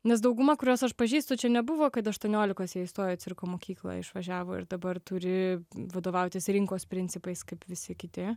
nes dauguma kuriuos aš pažįstu čia nebuvo kad aštuoniolikos jie įstojo į cirko mokyklą išvažiavo ir dabar turi vadovautis rinkos principais kaip visi kiti